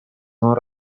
non